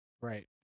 Right